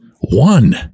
one